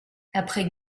après